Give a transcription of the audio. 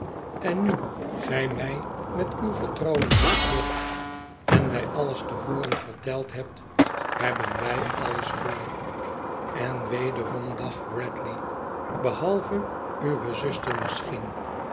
en nu gij mij met uw vertrouwen vereerd en mij alles te voren verteld hebt hebben'wij alles vr en wederom dacht bradley behalve uwe zuster misschien